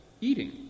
eating